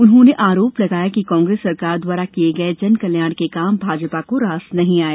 उन्होंने आरोप लगाया कि कांग्रेस सरकार द्वारा किये जनकल्याण के काम भाजपा को रास नहीं आए